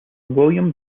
william